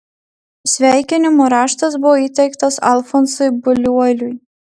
sveikinimo raštas buvo įteiktas alfonsui buliuoliui